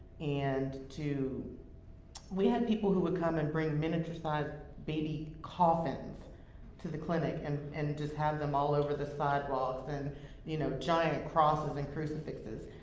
and to we had people who would come and bring miniature-sized baby coffins to the clinic and and just have them all over the sidewalks, and you know, giant crosses and crucifixes.